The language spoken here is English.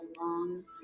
long